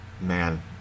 man